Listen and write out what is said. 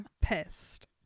pissed